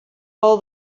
all